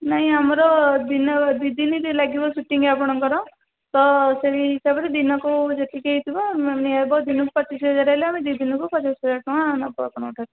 ନାଇଁ ଆମର ଦିନେ ଦୁଇ ଦିନି ଦି ଲାଗିବ ସୁଟିଂ ଆପଣଙ୍କର ତ ସେହି ହିସାବରେ ଦିନକୁ ଯେତିକି ହେଇଥିବ ଦିନକୁ ପଚିଶ ହଜାର ହେଲେ ଆମେ ଦୁଇ ଦିନକୁ ପଚାଶ ହଜାର ଟଙ୍କା ନେବୁ ଆପଣଙ୍କଠାରୁ